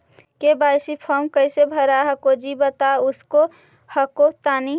KYC फॉर्मा कैसे भरा हको जी बता उसको हको तानी?